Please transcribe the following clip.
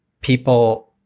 people